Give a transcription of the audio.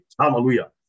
Hallelujah